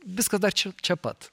viskas dar čia čia pat